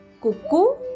Cuckoo